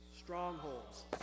strongholds